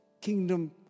kingdom